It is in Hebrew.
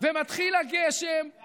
ומתחיל הגשם, 20